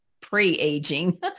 pre-aging